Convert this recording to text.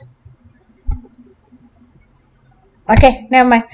okay never mind